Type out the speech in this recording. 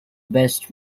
best